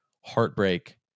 heartbreak